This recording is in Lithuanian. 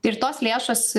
ir tos lėšos